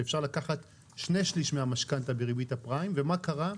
שאפשר לקחת שני שליש מהמשכנתא בריבית הפריים ומה קרה?